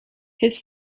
his